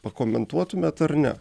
pakomentuotumėt ar ne